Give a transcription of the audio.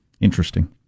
Interesting